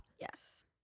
Yes